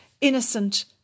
innocent